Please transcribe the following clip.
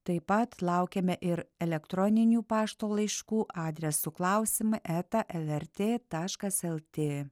taip pat laukiame ir elektroninių pašto laiškų adresu klausimai eta lrt taškas lt